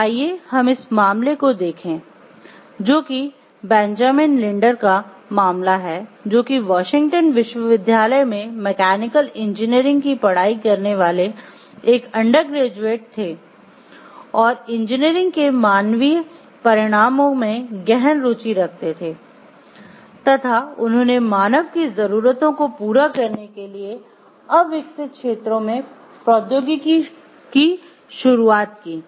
तो आइए हम इस मामले को देंखे जो कि बेंजामिन लिंडर की पढ़ाई करने वाले एक अंडरग्रेजुएट थे और इंजीनियरिंग के मानवीय परिणामों में गहन रुचि रखते थे तथा उन्होने मानव की जरूरतों को पूरा करने के लिए अविकसित क्षेत्रों में प्रौद्योगिकी की शुरूआत की